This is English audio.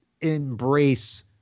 embrace